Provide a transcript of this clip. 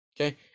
Okay